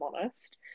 honest